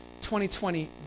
2020